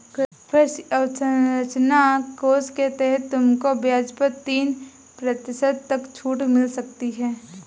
कृषि अवसरंचना कोष के तहत तुमको ब्याज पर तीन प्रतिशत तक छूट मिल सकती है